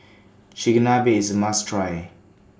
Chigenabe IS A must Try